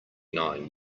nine